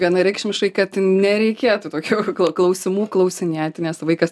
vienareikšmiškai kad nereikėtų tokių klau klausimų klausinėti nes vaikas